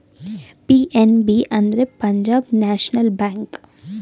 PNB ಅಂದ್ರೆ Punjab national bank